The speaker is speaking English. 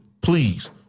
please